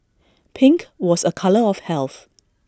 pink was A colour of health